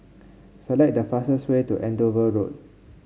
select the fastest way to Andover Road